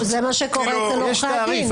זה מה שקורה אצל עורכי הדין.